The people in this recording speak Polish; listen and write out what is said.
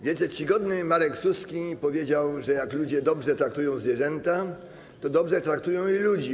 Wielce czcigodny Marek Suski powiedział, że jak ludzie dobrze traktują zwierzęta, to dobrze traktują i ludzi.